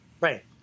right